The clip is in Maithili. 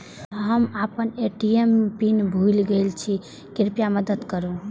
हम आपन ए.टी.एम पिन भूल गईल छी, कृपया मदद करू